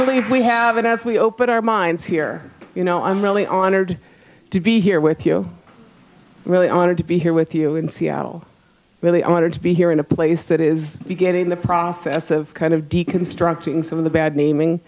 believe we have it as we open our minds here you know i'm really honored to be here with you really honored to be here with you in seattle really honored to be here in a place that is getting in the process of kind of deconstructing some of the bad naming